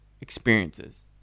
Experiences